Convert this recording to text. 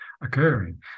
occurring